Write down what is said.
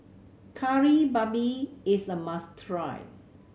Kari Babi is a must try